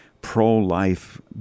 pro-life